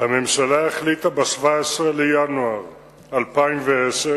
הממשלה החליטה ב-17 בינואר 2010,